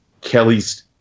Kelly's